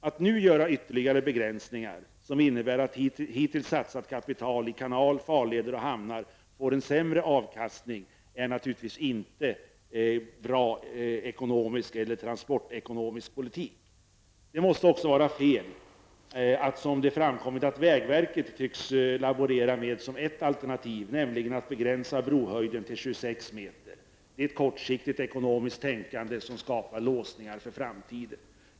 Att nu göra ytterligare begränsningar som innebär att hittills satsat kapital i kanal, farleder och hamnar får en sämre avkastning är naturligtvis inte någon bra ekonomisk eller transportekonomisk politik. Det måste också vara fel, det som vägverket tycks laborera med som ett alternativ, att begränsa brohöjden till 26 meter. Det är ett kortsiktigt ekonomiskt tänkande som skapar låsningar för framtiden.